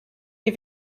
die